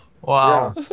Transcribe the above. Wow